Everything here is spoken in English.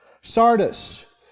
Sardis